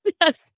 Yes